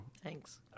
thanks